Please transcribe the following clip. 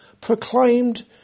proclaimed